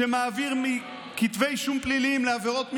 שמעביר כתבי אישום פליליים לעבירות מינהליות,